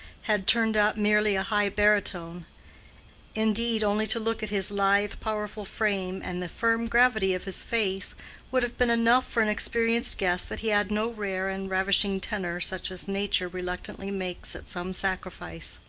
had turned out merely a high baritone indeed, only to look at his lithe, powerful frame and the firm gravity of his face would have been enough for an experienced guess that he had no rare and ravishing tenor such as nature reluctantly makes at some sacrifice.